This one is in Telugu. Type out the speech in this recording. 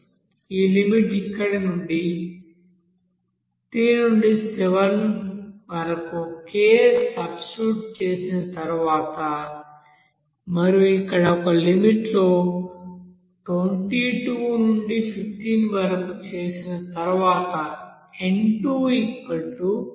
ఈ లిమిట్ ఇక్కడ 3 నుండి 7 వరకు k సబ్స్టిట్యూట్ చేసిన తరువాత మరియు ఇక్కడ ఒక లిమిట్ లో 22 నుండి 15 వరకు చేసిన తరువాత n210